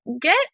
get